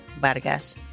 Vargas